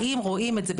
האם רואים את זה,